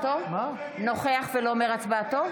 האוזר, האוזר הנורבגי, נוכח ולא אומר את הצבעתו?